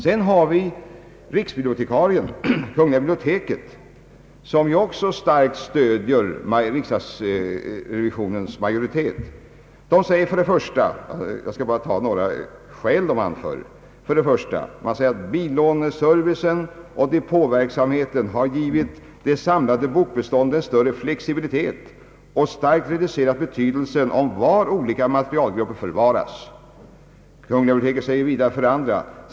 Sedan har vi riksbibliotekarien i kungl. biblioteket som också starkt stöder riksdagsrevisionens majoritet. Här några skäl som anförs: 1. Billåneservice och depåverksamhet har givit det samlade bokbeståndet större flexibilitet och starkt reducerat betydelsen av var olika materialgrupper förvaras. 2.